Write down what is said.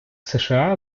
сша